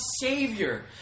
Savior